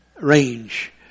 range